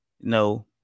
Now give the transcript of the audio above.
No